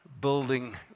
building